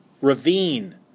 ravine